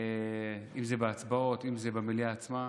אם זה בהצבעות, אם זה במליאה עצמה.